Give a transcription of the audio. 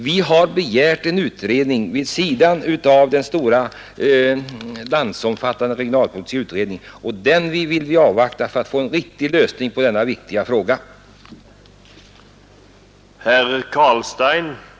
Vi har begärt en utredning vid sidan av den stora landsomfattande regionalpolitiska utredningen och den vill vi avvakta för att få en riktig lösning på denna viktiga fråga om SJs organisation.